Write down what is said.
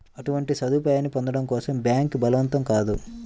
అటువంటి సదుపాయాన్ని పొందడం కోసం బ్యాంక్ బలవంతం కాదు